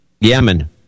Yemen